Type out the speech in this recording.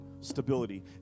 stability